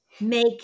make